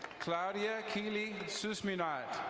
claudia keely susmenat.